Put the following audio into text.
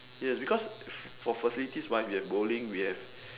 yes because for facilities wise we have bowling we have